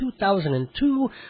2002